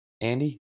Andy